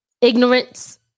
ignorance